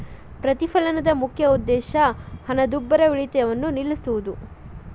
ಪ್ರತಿಫಲನದ ಮುಖ್ಯ ಉದ್ದೇಶ ಹಣದುಬ್ಬರವಿಳಿತವನ್ನ ನಿಲ್ಸೋದು